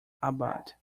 abad